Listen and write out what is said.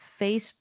Facebook